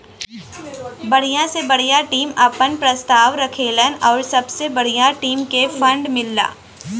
बढ़िया से बढ़िया टीम आपन प्रस्ताव रखलन आउर सबसे बढ़िया टीम के फ़ंड मिलला